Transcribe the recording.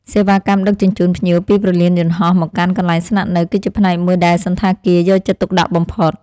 សេវាកម្មដឹកជញ្ជូនភ្ញៀវពីព្រលានយន្តហោះមកកាន់កន្លែងស្នាក់នៅ គឺជាផ្នែកមួយដែលសណ្ឋាគារយកចិត្តទុកដាក់បំផុត។